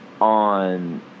on